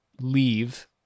leave